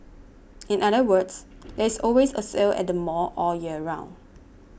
in other words there is always a sale at the mall all year round